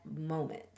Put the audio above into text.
moment